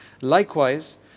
likewise